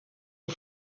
els